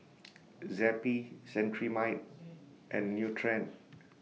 Zappy Cetrimide and Nutren